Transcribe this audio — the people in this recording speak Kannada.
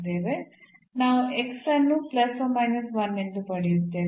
ನಾವು ಅನ್ನು ಎಂದು ಪಡೆಯುತ್ತೇವೆ